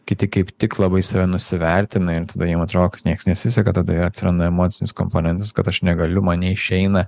kiti kaip tik labai save nusivertina ir tada jiem atrodo kad nieks nesiseka tada atsiranda emocinis komponentas kad aš negaliu man neišeina